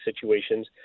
situations